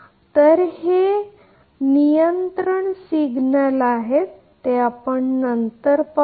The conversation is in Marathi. तर हे नियंत्रण सिग्नल आपण नंतर पाहू